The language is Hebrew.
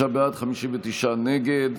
55 בעד, 59 נגד.